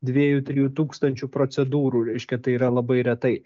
dviejų trijų tūkstančių procedūrų reiškia tai yra labai retai